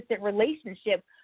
relationship